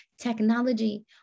technology